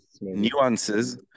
nuances